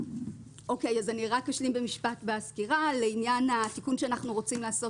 אני רק אשלים במשפט בסקירה לעניין התיקון שאנחנו רוצים לעשות